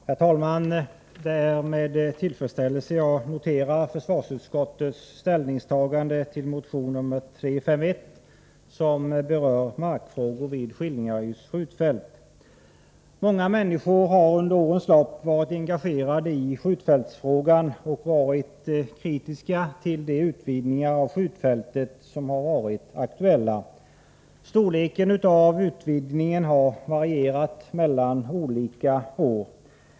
Herr talman! Det är med tillfredsställelse jag noterar försvarsutskottets ställningstagande till motion 351 som berör markfrågor vid Skillingaryds skjutfält. Många människor har under årens lopp varit engagerade i skjutfältsfrågan och varit kritiska till de utvidgningar av skjutfältet som har varit aktuella. Storleken av utvidgningen har varierat mellan olika år.